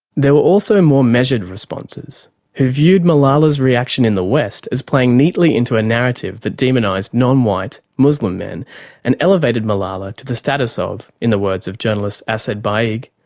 there were also more measured responses, who viewed malala's reaction in the west as playing neatly into a narrative that demonised non-white muslim men and elevated malala to the status of, in the words of journalist assed baig,